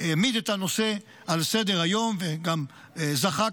העמיד את הנושא על סדר-היום וגם זכה,